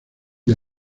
the